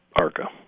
ARCA